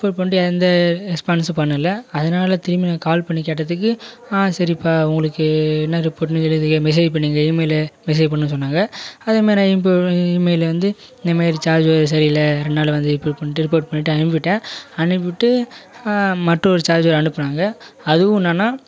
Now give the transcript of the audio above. report பண்ணிட்டு எந்த ரெஸ்பான்ஸும் பண்ணலை அதனால் திரும்பி நான் கால் பண்ணி கேட்டதுக்கு சரிப்பா உங்களுக்கு என்ன ரிப்போர்ட்னு எழுதி மெசேஜ் பண்ணுங்க இமெயிலில் மெசேஜ் பண்ண சொன்னாங்க அது மாதிரி நான் இமெயிலு வந்து இந்த மாதிரி சார்ஜர் ஒயர் சரியில்லை அதனால் வந்து ரிப்போர்ட் பண்ணிட்டு ரிபோர்ட் பண்ணிட்டு அனுப்பிட்டேன் அனுப்பிட்டு மற்றொரு சார்ஜர் அனுப்பினாங்க அதுவும் என்னான்னா